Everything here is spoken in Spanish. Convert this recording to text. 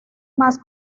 más